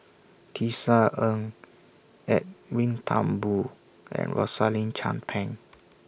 Tisa Ng Edwin Thumboo and Rosaline Chan Pang